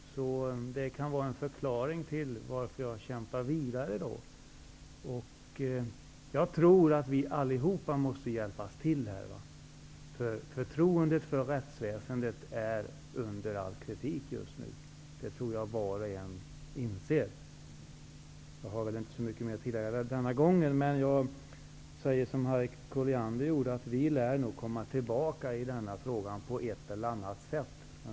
Det kan vara en förklaring till att jag kämpar vidare. Jag tror att vi allihop måste hjälpa till här. Att förtroendet för rättsväsendet är under all kritik just nu, tror jag att var och en inser. Jag har inte så mycket att tillägga denna gång, men jag säger som Harriet Colliander gjorde, att vi lär nog komma tillbaka i denna fråga på ett eller annat sätt.